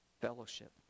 fellowship